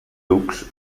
ducs